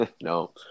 No